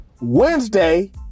Wednesday